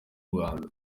rwanda